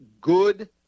good